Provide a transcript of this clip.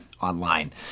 online